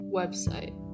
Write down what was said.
website